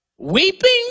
Weeping